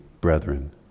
brethren